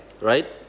Right